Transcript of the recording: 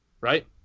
right